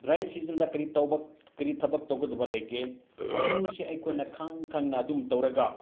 dry ꯁꯤꯖꯟꯗ ꯀꯔꯤ ꯇꯧꯕ ꯀꯔꯤ ꯊꯕꯛ ꯇꯧꯒꯗꯕ ꯂꯩꯒꯦ ꯑꯗꯨꯁꯦ ꯑꯩꯈꯣꯏꯅ ꯈꯪꯈꯪꯅ ꯑꯗꯨꯝ ꯇꯧꯔꯒ